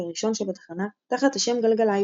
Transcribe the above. ראשון של התחנה תחת השם "גלגלייב",